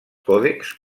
còdexs